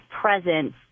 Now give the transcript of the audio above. presence